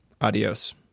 Adios